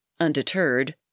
undeterred